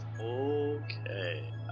Okay